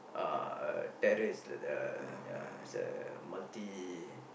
uh a terrace the ya it's a multi